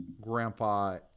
Grandpa